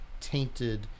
tainted